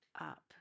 up